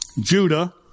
Judah